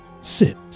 sit